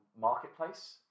marketplace